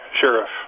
Sheriff